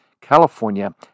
California